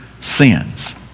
sins